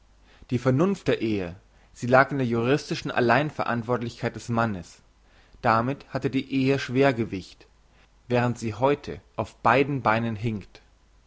die vernunft der ehe sie lag in der juristischen alleinverantwortlichkeit des mannes damit hatte die ehe schwergewicht während sie heute auf beiden beinen hinkt